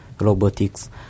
robotics